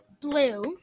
blue